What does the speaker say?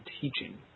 teaching